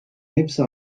hepsi